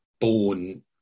born